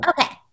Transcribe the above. Okay